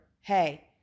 hey